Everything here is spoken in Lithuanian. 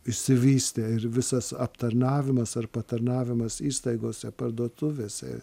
išsivystė ir visas aptarnavimas ar patarnavimas įstaigose parduotuvėse